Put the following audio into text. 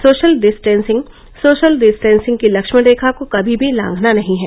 social distancing social distancing की लक्ष्मण रेखा को कभी भी लांघना नहीं है